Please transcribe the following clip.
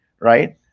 Right